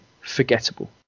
forgettable